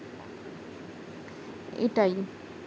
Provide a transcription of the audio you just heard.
এটাই